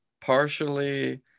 partially